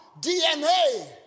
DNA